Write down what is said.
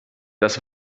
das